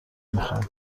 میخواهند